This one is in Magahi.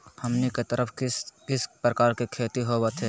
हमनी के तरफ किस किस प्रकार के खेती होवत है?